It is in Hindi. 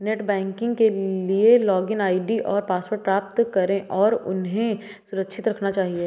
नेट बैंकिंग के लिए लॉगिन आई.डी और पासवर्ड प्राप्त करें और उन्हें सुरक्षित रखना चहिये